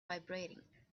vibrating